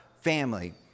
family